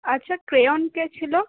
আচ্ছা ক্রেওণ কে ছিল